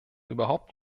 überhaupt